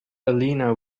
elena